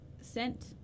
sent